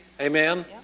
Amen